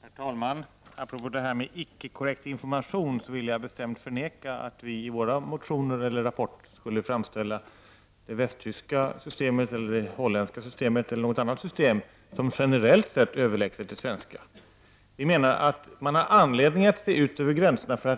Herr talman! Apropå detta med icke korrekt information vill jag bestämt förneka att vi i våra motioner eller rapporter skulle framställa t.ex. det västtyska eller det holländska systemet som generellt sett överlägset det svenska systemet. Vi menar att man har anledning att blicka över gränserna för